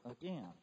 again